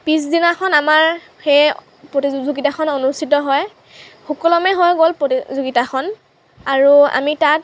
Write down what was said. পিছদিনাখন আমাৰ সেই প্ৰতিযোগিতাখন অনুষ্ঠিত হয় সুকলমে হৈ গ'ল প্ৰতিযোগিতাখন আৰু আমি তাত